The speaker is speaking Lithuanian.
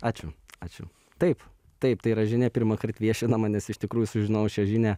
ačiū ačiū taip taip tai yra žinia pirmąkart viešinama nes iš tikrųjų sužinojau šią žinią